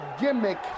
gimmick